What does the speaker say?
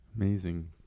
amazing